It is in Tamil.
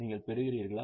நீங்கள் பெறுகிறீர்களா